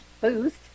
Boost